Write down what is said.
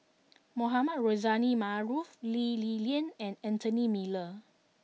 Mohamed Rozani Maarof Lee Li Lian and Anthony Miller